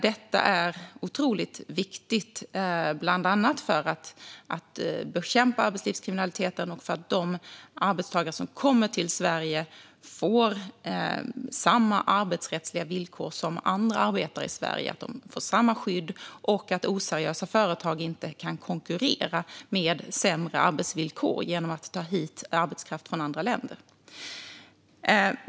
Detta är otroligt viktigt, bland annat för att bekämpa arbetslivskriminaliteten och för att de arbetstagare som kommer till Sverige ska få samma arbetsrättsliga villkor och samma skydd som andra arbetare i Sverige och för att oseriösa företag inte ska kunna konkurrera med sämre arbetsvillkor genom att ta hit arbetskraft från andra länder.